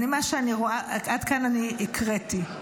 עד כאן אני הקראתי.